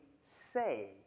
say